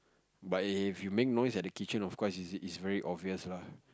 but if you make noise at the kitchen of course it's it's very obvious lah